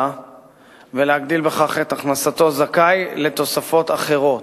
ולהגדיל בכך את הכנסתו זכאי לתוספות אחרות,